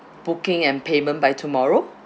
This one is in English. booking and payment by tomorrow